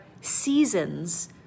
seasons